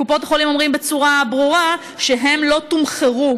קופות החולים אומרות בצורה ברורה שהן לא תומחרו